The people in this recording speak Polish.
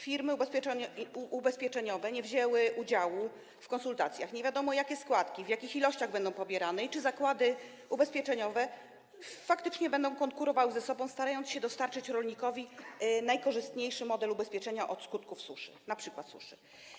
Firmy ubezpieczeniowe nie wzięły udziału w konsultacjach, nie wiadomo, jakie składki, w jakich ilościach będą pobierane i czy zakłady ubezpieczeniowe faktycznie będą konkurowały ze sobą, starając się dostarczyć rolnikom najkorzystniejszy model ubezpieczenia od skutków np. suszy.